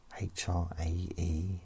H-R-A-E